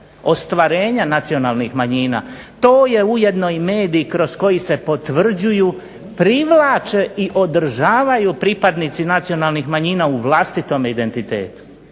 ostvarenja nacionalnih manjina i to je ujedno i medij kroz koji se potvrđuju, privlače i održavaju pripadnici nacionalnih manjina u vlastitom identitetu.